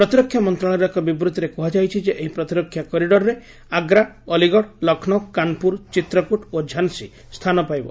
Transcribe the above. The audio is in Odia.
ପ୍ରତିରକ୍ଷା ମନ୍ତ୍ରଣାଳୟର ଏକ ବିବୃତ୍ତିରେ କୁହାଯାଇଛି ଯେ ଏହି ପ୍ରତିରକ୍ଷା କରିଡରରେ ଆଗ୍ରା ଅଲିଗଡ଼ ଲକ୍ଷ୍ନୌ କାନପୁର ଚିତ୍ରକୁଟ ଓ ଝାନ୍ସୀ ସ୍ଥାନ ପାଇବ